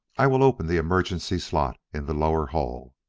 i will open the emergency slot in the lower hull.